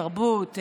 תרבות,